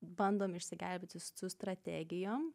bandom išsigelbėti su strategijom